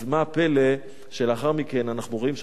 אז מה הפלא שלאחר מכן אנחנו רואים שהם